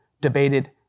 debated